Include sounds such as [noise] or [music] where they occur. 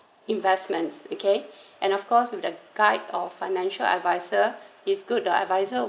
investments okay [breath] and of course with the guide of financial adviser it’s good the adviser